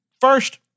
first